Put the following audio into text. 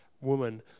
woman